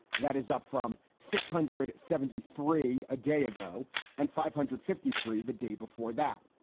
that is up from six hundred seventy three a day ago and five hundred fifty three the day before that.